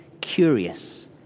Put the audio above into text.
curious